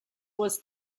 was